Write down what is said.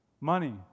money